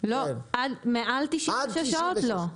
מעל 96 שעות לא.